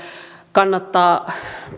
kannattaa